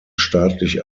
staatlich